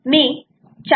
मी 4